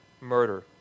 murder